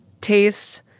taste